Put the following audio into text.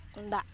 ᱫᱟᱜ